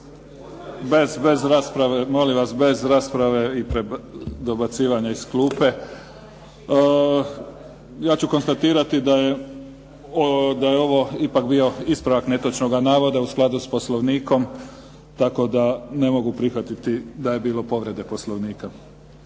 bez rasprave i dobacivanja iz klupe. Ja ću konstatirati da je ovo ipak bio ispravak netočnoga navoda u skladu s Poslovnikom, tako da ne mogu prihvatiti da je bilo povrede Poslovnika.